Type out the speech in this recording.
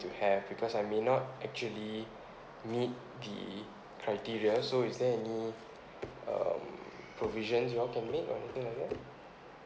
have because I may not actually meet the criteria so is there any um provisions you all can make on something like that